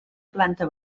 planta